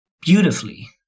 beautifully